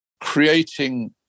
creating